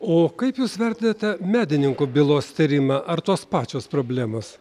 o kaip jūs vertinate medininkų bylos tyrimą ar tos pačios problemos